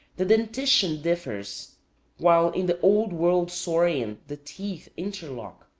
the dentition differs while in the old world saurian the teeth interlock,